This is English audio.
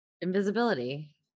Invisibility